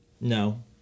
No